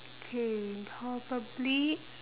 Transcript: okay probably